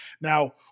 Now